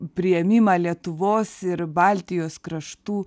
priėmimą lietuvos ir baltijos kraštų